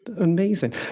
amazing